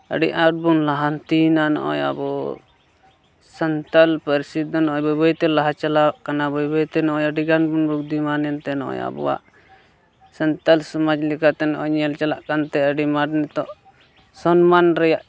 ᱟᱹᱰᱤ ᱟᱸᱴ ᱵᱚᱱ ᱞᱟᱦᱟᱱᱛᱤᱭᱱᱟ ᱱᱚᱜᱼᱚᱸᱭ ᱟᱵᱚ ᱥᱟᱱᱛᱟᱲ ᱯᱟᱹᱨᱥᱤ ᱫᱚ ᱱᱚᱜᱼᱚᱸᱭ ᱵᱟᱹᱭ ᱵᱟᱹᱭᱛᱮ ᱞᱟᱦᱟ ᱪᱟᱞᱟᱣᱜ ᱠᱟᱱᱟ ᱵᱟᱹᱭ ᱵᱟᱹᱭᱛᱮ ᱱᱚᱜᱼᱚᱸᱭ ᱟᱹᱰᱤ ᱜᱟᱱ ᱵᱚᱱ ᱵᱩᱫᱽᱫᱷᱤᱢᱟᱱ ᱮᱱᱛᱮ ᱱᱚᱜᱼᱚᱸᱭ ᱟᱵᱚᱣᱟᱜ ᱥᱟᱱᱛᱟᱲ ᱥᱚᱢᱟᱡᱽ ᱞᱮᱠᱟᱛᱮ ᱱᱚᱜᱼᱚᱸᱭ ᱧᱮᱞ ᱪᱟᱞᱟᱜ ᱠᱟᱱᱛᱮ ᱟᱹᱰᱤ ᱢᱟᱱ ᱱᱤᱛᱚᱜ ᱥᱚᱱᱢᱟᱱ ᱨᱮᱭᱟᱜ